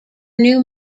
new